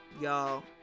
y'all